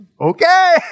Okay